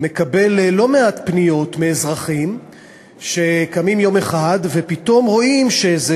מקבל לא מעט פניות מאזרחים שקמים יום אחד ופתאום רואים שאיזה